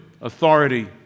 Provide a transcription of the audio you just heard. authority